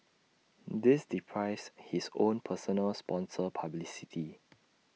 this deprives his own personal sponsor publicity